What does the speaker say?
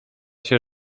się